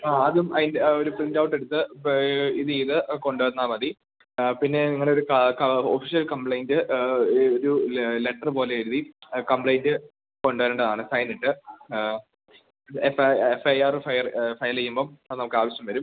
ആ അതും അതിന്റെയൊരു പ്രിൻറ്റൗട്ടുമെടുത്ത് ഇനി ഇത് കൊണ്ടുവന്നാല് മതി പിന്നെ നിങ്ങളുടെയൊരു ഒഫിഷ്യൽ കംപ്ലെയ്ൻറ്റ് ഒരു ലെട്ര് പോലെ എഴുതി കംപ്ലെയ്ൻറ്റ് കൊണ്ടുതരേണ്ടതാണ് സൈനിട്ട് ഇത് F I R file file ചെയ്യുമ്പോള് അത് നമുക്കാവശ്യം വരും